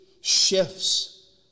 shifts